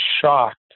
shocked